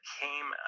came